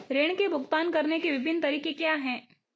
ऋृण के भुगतान करने के विभिन्न तरीके क्या हैं?